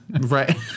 Right